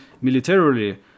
militarily